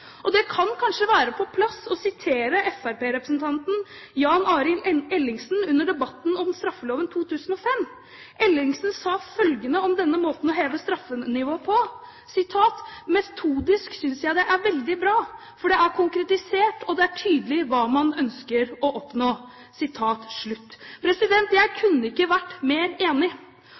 Og det kan kanskje være på sin plass å sitere fremskrittspartirepresentanten Jan Arild Ellingsen under debatten om straffeloven 2005. Ellingsen sa følgende om denne måten å heve straffenivået på: «Metodisk synes jeg det er veldig bra, for det er konkretisert, og det er tydelig hva man ønsker å oppnå.» Jeg kunne ikke vært mer enig.